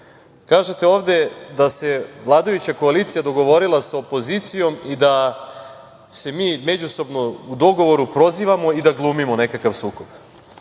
Kažete ovde, da se vladajuća koalicija dogovorila sa opozicijom i da se mi međusobno u dogovoru prozivamo i da glumimo nekakav